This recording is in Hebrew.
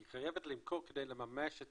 היא חייבת למכור כדי לממש את